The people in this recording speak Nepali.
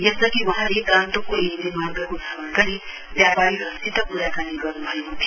यसअघि वहाँले गान्तोकको एमजी मार्गको भ्रमण गरी व्यापारीहरूसित क्राकानी गर्न् भएको थियो